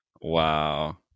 Wow